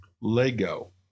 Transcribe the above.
Lego